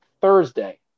Thursday